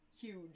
huge